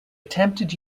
attempted